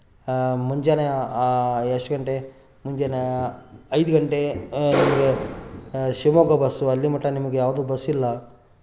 ಮುಂಜಾನೆ ಎಷ್ಟು ಗಂಟೆ ಮುಂಜಾನೆ ಐದು ಗಂಟೆ ಶಿವಮೊಗ್ಗ ಬಸ್ಸು ಅಲ್ಲಿ ಮಟ್ಟ ನಿಮ್ಗೆ ಯಾವುದು ಬಸ್ಸಿಲ್ಲ